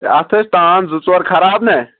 تہٕ اتھ ٲسۍ تان زٕ ژور خراب نہ